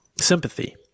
sympathy